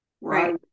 right